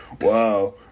Wow